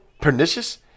pernicious